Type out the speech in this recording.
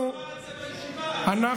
למה ראש הממשלה לא אמר את זה בישיבה, את האלוף.